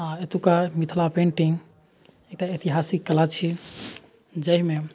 आओर एतौका मिथिला पेन्टिङ्ग एकटा ऐतिहासिक कला छी जाहिमे